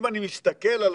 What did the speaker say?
אם אני מסתכל על